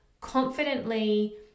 confidently